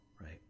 right